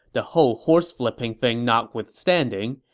the whole horse-flipping thing notwithstanding,